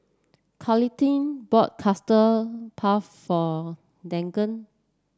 Carleton bought Custard Puff for Deegan